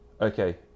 Okay